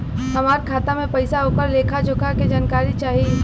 हमार खाता में पैसा ओकर लेखा जोखा के जानकारी चाही?